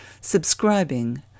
subscribing